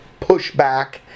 pushback